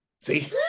See